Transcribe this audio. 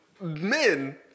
Men